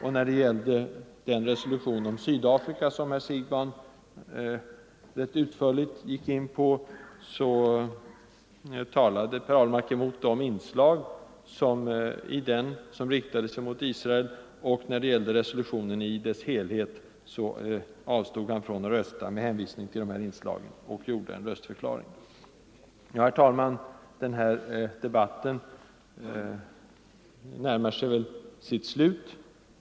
I fråga om den resolution mot Sydafrika som herr Siegbahn rätt utförligt gick in på talade Per Ahlmark emot de inslag i den som riktades mot Israel, och när det gällde resolutionen i dess helhet avstod han från att rösta med hänvisning till de inslagen och avgav en röstförklaring. Herr talman! Den här debatten närmar sig sitt slut.